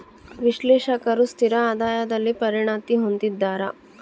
ವಿಶ್ಲೇಷಕರು ಸ್ಥಿರ ಆದಾಯದಲ್ಲಿ ಪರಿಣತಿ ಹೊಂದಿದ್ದಾರ